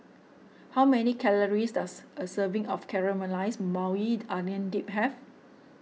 how many calories does a serving of Caramelized Maui Onion Dip have